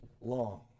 long